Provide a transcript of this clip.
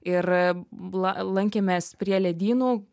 ir a bla lankėmės prie ledynų